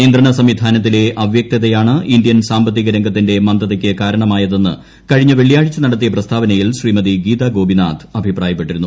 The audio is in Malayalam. നിയന്ത്രണ സംവിധാനത്തിലെ അവ്യക്തതയാണ് ഇന്ത്യൻ സാമ്പത്തിക രംഗത്തിന്റെ മന്ദതയ്ക്ക് കാരണമായതെന്ന് കഴിഞ്ഞ വെള്ളിയാഴ്ച നടത്തിയ പ്രസ്താവനയിൽ ശ്രീമതി ഗീതാ ഗോപിനാഥ് അഭിപ്രായപ്പെട്ടിരുന്നു